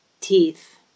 teeth